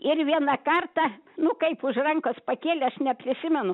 ir vieną kartą nu kaip už rankos pakėlė aš neprisimenu